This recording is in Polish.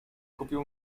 kupił